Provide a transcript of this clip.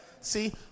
See